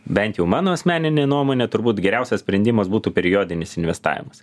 bent jau mano asmeninė nuomonė turbūt geriausias sprendimas būtų periodinis investavimas